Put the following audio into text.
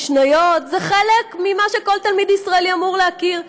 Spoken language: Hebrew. משניות זה חלק ממה שכל תלמיד ישראלי אמור להכיר.